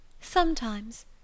Sometimes